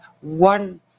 one